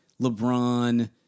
LeBron